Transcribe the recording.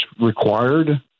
required